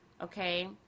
okay